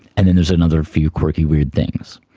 and then there's another few quirky weird things.